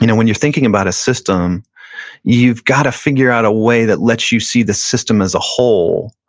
you know when you're thinking about a system you've gotta figure out a way that lets you see the system as a whole,